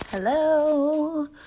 hello